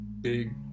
big